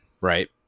right